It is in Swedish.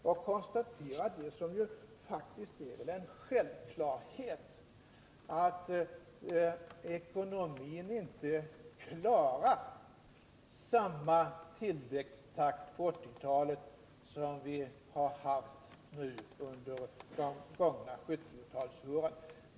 Jag konstaterar det som faktiskt är en självklarhet — att ekonomin inte klarar samma tillväxttakt på 1980-talet som vi har haft nu under de gångna 1970-talsåren.